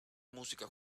música